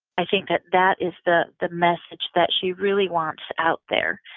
i think that that is the the message that she really wants out there,